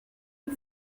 you